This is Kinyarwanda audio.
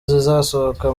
zizasohoka